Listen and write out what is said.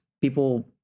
people